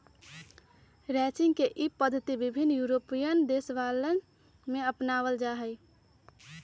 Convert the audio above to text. ranching के ई पद्धति विभिन्न यूरोपीयन देशवन में अपनावल जाहई